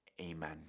Amen